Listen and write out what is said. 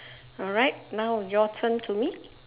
alright now your turn to me